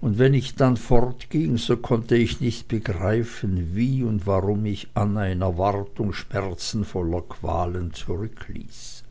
und wenn ich dann fortging so konnte ich nicht begreifen wie und warum ich anna in erwartung schmerzenvoller qualen zurückließ